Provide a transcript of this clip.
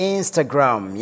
Instagram